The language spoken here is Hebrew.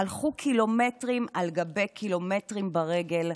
הלכו קילומטרים על גבי קילומטרים ברגל,